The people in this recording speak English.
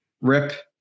Rip